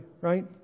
right